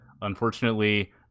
unfortunately